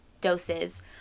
doses